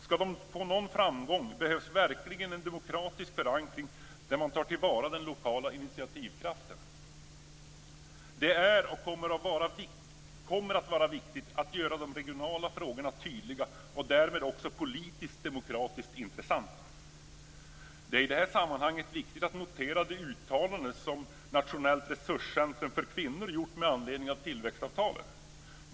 Skall de nå framgång behövs verkligen en demokratisk förankring, där man tar till vara den lokala initiativkraften. Det är och kommer att vara viktigt att göra de regionala frågorna tydliga och därmed också politiskt/demokratiskt intressanta. Det är i det här sammanhanget viktigt att notera det uttalande som Nationellt resurscentrum för kvinnor gjort med anledning av tillväxtavtalen.